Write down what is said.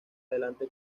adelante